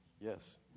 Yes